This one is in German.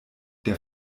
der